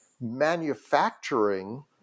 manufacturing